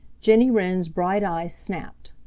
jenny wren's bright eyes snapped.